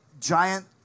giant